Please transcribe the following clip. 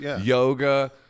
yoga